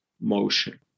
motion